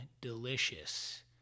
delicious